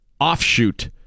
offshoot